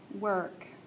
work